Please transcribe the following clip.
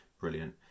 brilliant